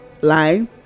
line